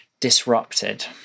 disrupted